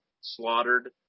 slaughtered